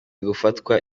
gufatwa